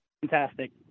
Fantastic